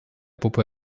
puppe